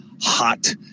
hot